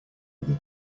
other